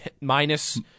minus